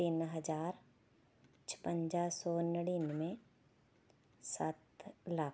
ਤਿੰਨ ਹਜ਼ਾਰ ਛਪੰਜਾ ਸੌ ਨੜਿਨਵੇਂ ਸੱਤ ਲੱਖ